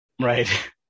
right